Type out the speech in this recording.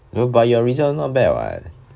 no but your results not bad what